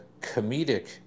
comedic